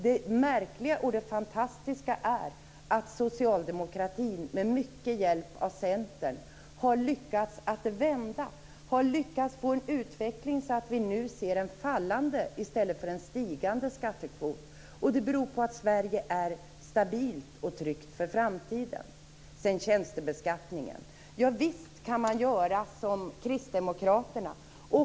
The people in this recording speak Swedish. Det märkliga och det fantastiska är att socialdemokratin med mycket hjälp av Centern har lyckats att vända utvecklingen så att vi nu ser en fallande i stället för en stigande skattekvot. Det beror på att Sverige är stabilt och tryggt för framtiden. Så till tjänstebeskattningen. Visst kan man göra som kristdemokraterna.